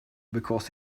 because